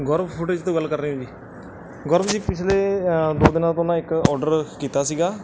ਗੌਰਵ footage ਤੋਂ ਗੱਲ ਕਰ ਰਹੇ ਹੋ ਜੀ ਗੌਰਵ ਜੀ ਪਿਛਲੇ ਦੋ ਦਿਨਾਂ ਤੋਂ ਨਾ ਇੱਕ ਔਡਰ ਕੀਤਾ ਸੀਗਾ